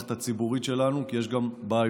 שבמערכת הציבורית שלנו, כי יש גם בעיות.